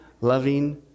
loving